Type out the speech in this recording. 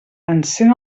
encén